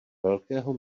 velkého